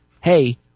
hey